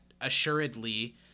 assuredly